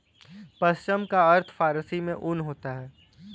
पश्म का अर्थ फारसी में ऊन होता है